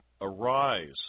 Arise